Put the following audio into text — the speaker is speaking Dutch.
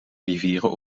rivieren